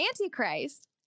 Antichrist